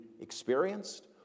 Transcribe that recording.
experienced